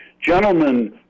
gentlemen